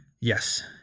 Yes